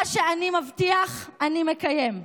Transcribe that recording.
מה שאני מבטיח אני מקיים.